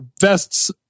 vests